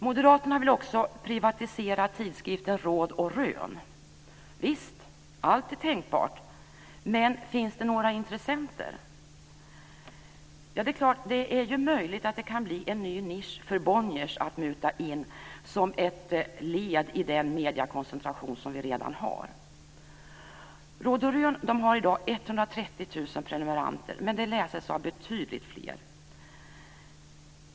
Moderaterna vill också privatisera tidskriften Råd & Rön. Visst, allt är tänkbart. Men finns det några intressenter? Det är klart det möjligen kan bli en ny nisch för Bonniers att muta in som ett led i den mediekoncentration som vi redan har. Råd och rön har i dag 130 000 prenumeranter, men den läses av betydligt fler.